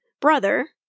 brother